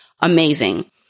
amazing